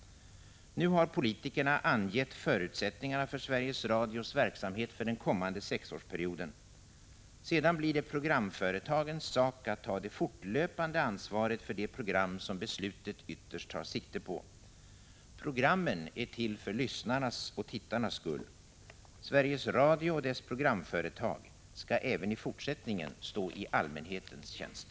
Nu har politikerna angivit förutsättningarna för Sveriges Radios verksamhet för den kommande sexårsperioden. Sedan blir det programföretagens sak att ta det fortlöpande ansvaret för de program som beslutet ytterst tar sikte på. Programmen är till för lyssnarnas och tittarnas skull. Sveriges Radio och dess programföretag skall även i fortsättningen stå i allmänhetens tjänst.